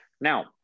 Now